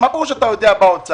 מה פירוש אתה יודע באוצר?